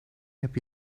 heb